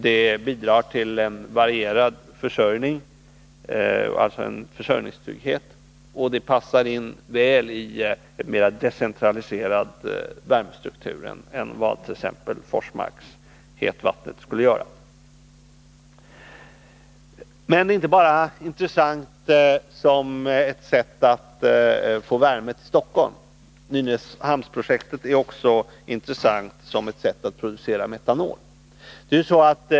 Det bidrar till en varierad försörjning och alltså försörjningstrygghet, och det passar in väl i en mer decentraliserad värmestruktur än vad exempelvis hetvattnet från Forsmark skulle göra. Men det är inte bara intressant som ett sätt att få värme till Stockholm. Nynäsprojektet är också intressant som ett sätt att producera metanol.